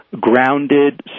grounded